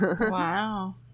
Wow